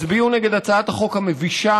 הצביעו נגד הצעת החוק המבישה,